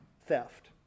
theft